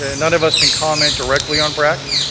and none of us can comment directly on brack.